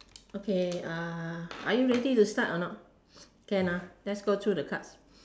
okay uh are you ready to start or not can ah let's go through the cards